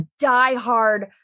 diehard